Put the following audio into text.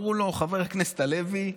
ואמרו לו: חבר הכנסת הלוי,